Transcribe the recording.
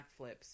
backflips